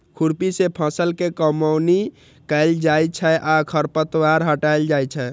खुरपी सं फसल के कमौनी कैल जाइ छै आ खरपतवार हटाएल जाइ छै